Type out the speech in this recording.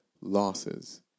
losses